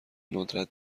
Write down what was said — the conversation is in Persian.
ندرت